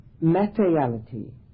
materiality